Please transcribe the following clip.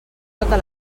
totes